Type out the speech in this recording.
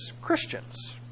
Christians